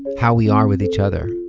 how we are with each other.